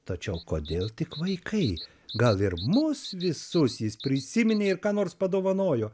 tačiau kodėl tik vaikai gal ir mus visus jis prisiminė ir ką nors padovanojo